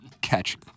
catch